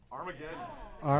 Armageddon